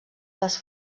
les